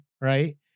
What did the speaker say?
Right